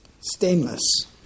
stainless